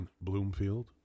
Bloomfield